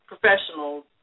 professionals